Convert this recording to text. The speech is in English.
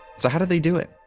so how do they do it?